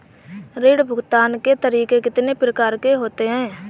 ऋण भुगतान के तरीके कितनी प्रकार के होते हैं?